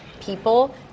people